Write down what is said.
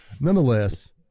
nonetheless